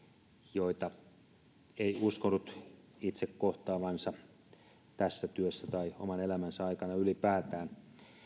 joita ei uskonut itse kohtaavansa tässä työssä tai oman elämänsä aikana ylipäätään